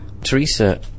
Teresa